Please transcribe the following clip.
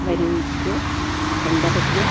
വരൂ ഇരിക്കൂ എന്താ പറ്റിയത്